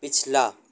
پچھلا